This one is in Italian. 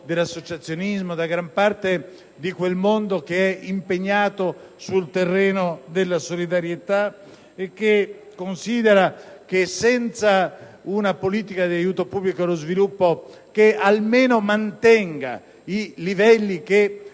dell'associazionismo, da gran parte di quel mondo che è impegnato sul terreno della solidarietà e che ritiene che, senza una politica di aiuto pubblico allo sviluppo che almeno mantenga i livelli